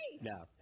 No